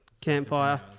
Campfire